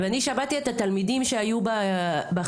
ואני שמעתי את התלמידים שהיו בחדר,